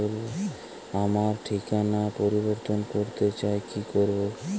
আমার ঠিকানা পরিবর্তন করতে চাই কী করব?